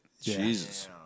Jesus